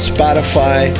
Spotify